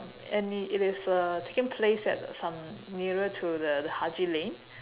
and it is uh taking place at some nearer to the haji lane